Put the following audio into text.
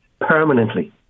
permanently